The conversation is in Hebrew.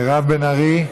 איננו, מירב בן ארי,